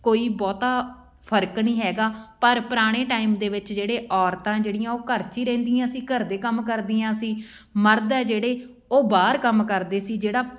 ਕੋਈ ਬਹੁਤਾ ਫ਼ਰਕ ਨਹੀਂ ਹੈਗਾ ਪਰ ਪੁਰਾਣੇ ਟਾਈਮ ਦੇ ਵਿੱਚ ਜਿਹੜੇ ਔਰਤਾਂ ਜਿਹੜੀਆਂ ਉਹ ਘਰ 'ਚ ਹੀ ਰਹਿੰਦੀਆਂ ਸੀ ਘਰ ਦੇ ਕੰਮ ਕਰਦੀਆਂ ਸੀ ਮਰਦ ਹੈ ਜਿਹੜੇ ਉਹ ਬਾਹਰ ਕੰਮ ਕਰਦੇ ਸੀ ਜਿਹੜਾ